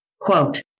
Quote